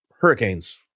hurricanes